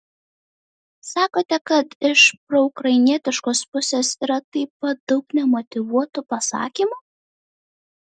sakote kad iš proukrainietiškos pusės yra taip pat daug nemotyvuotų pasakymų